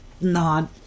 nod